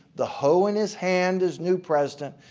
the hoe in his hand as new president,